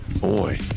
Boy